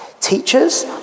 Teachers